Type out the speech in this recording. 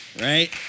right